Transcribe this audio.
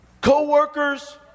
co-workers